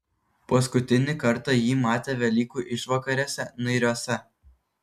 paskutinį kartą jį matė velykų išvakarėse nairiuose